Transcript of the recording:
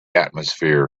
atmosphere